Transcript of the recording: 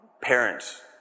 parents